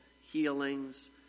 healings